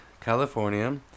California